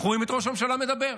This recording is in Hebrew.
אנחנו רואים את ראש הממשלה מדבר.